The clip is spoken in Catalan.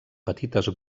petites